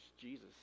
Jesus